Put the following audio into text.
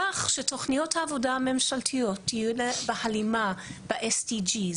כך שתוכניות העבודה הממשלתיות יהיו בהלימה ב-SDG,